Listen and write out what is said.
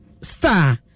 star